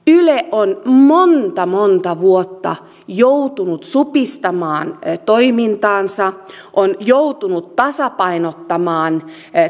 on monta monta vuotta joutunut supistamaan toimintaansa on joutunut tasapainottamaan